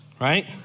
right